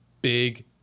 big